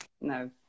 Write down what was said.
no